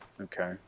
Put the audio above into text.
Okay